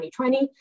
2020